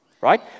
right